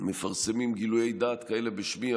מפרסמים גילויי דעת כאלה בשמי,